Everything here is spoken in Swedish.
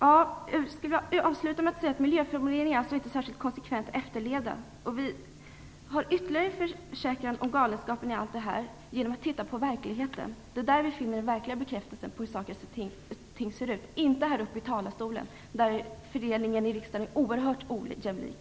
Jag skulle vilja avsluta med att säga att miljöformuleringarna inte är särskilt konsekvent efterlevda. Vi får ytterligare en försäkran om galenskapen i allt det här genom att titta på verkligheten. Det är där vi finner den verkliga bekräftelsen på hur saker och ting ser ut, inte här i talarstolen, där fördelningen i riksdagen är oerhört ojämlik.